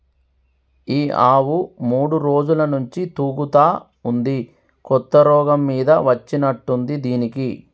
ఈ ఆవు మూడు రోజుల నుంచి తూగుతా ఉంది కొత్త రోగం మీద వచ్చినట్టుంది దీనికి